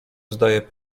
zdaje